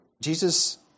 Jesus